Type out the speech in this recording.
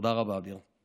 תודה רבה, אביר.